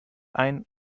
ein